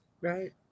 Right